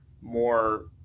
more